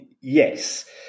Yes